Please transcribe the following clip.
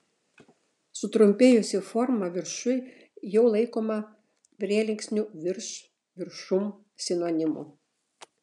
sutrumpėjusi forma viršuj jau laikoma prielinksnių virš viršum sinonimu